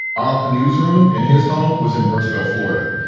our newsroom in his home was in brooksville, florida.